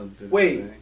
wait